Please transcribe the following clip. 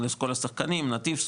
לנתיב,